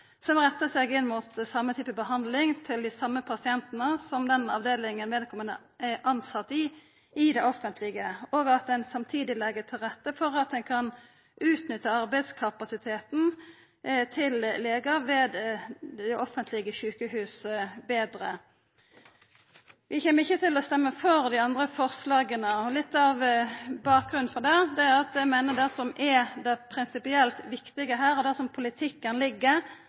som rettar seg inn mot same typen behandling til dei same pasientane som den avdelinga vedkommande er tilsett i, i det offentlege, og at ein samtidig legg til rette for at ein kan utnytta arbeidskapasiteten til legar ved offentlege sjukehus betre. Vi kjem ikkje til å stemma for dei andre forslaga, og litt av bakgrunnen for det er at eg meiner at det som er det prinsipielt viktige her – og det er der politikken ligg